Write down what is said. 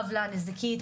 העוולה הנזיקית,